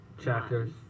Chapters